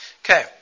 Okay